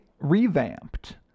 revamped